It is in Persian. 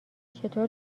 چطور